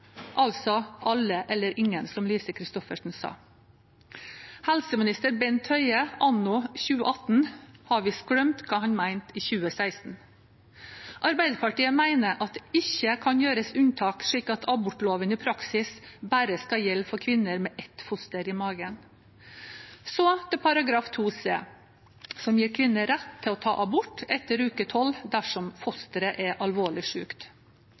altså alle eller ingen, som Lise Christoffersen sa. Helseminister Bent Høie anno 2018 har vist glemt hva han mente i 2016. Arbeiderpartiet mener at det ikke kan gjøres unntak slik at abortloven i praksis bare skal gjelde for kvinner med ett foster i magen. Så til § 2 c, som gir kvinner rett til å ta abort etter uke tolv dersom fosteret er alvorlig